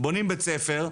בונים בית ספר,